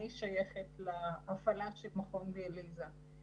אני שייכת להפעלה של מכון דיאליזה.